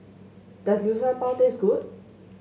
does Liu Sha Bao taste good